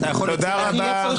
אתה יכול להגיד את זה?